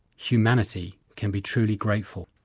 humanity can be truly grateful.